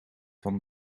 van